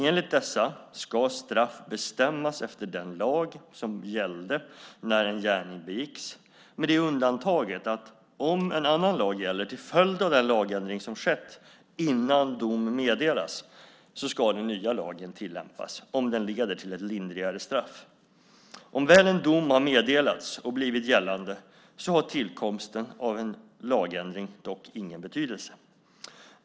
Enligt dessa ska straff bestämmas efter den lag som gällde när en gärning begicks med det undantaget att om annan lag gäller till följd av en lagändring som skett innan dom meddelas ska den nya lagen tillämpas om den leder till ett lindrigare straff. Om väl en dom har meddelats och blivit gällande har tillkomsten av en lagändring dock ingen betydelse.